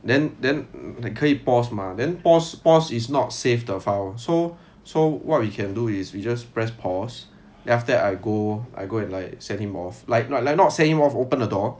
then then 可以 pause mah then pause pause is not save the file so so what we can do is we just press pause then after that I go I go and like send him off like not like not send him off open the door